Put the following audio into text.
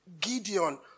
Gideon